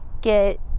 get